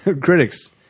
Critics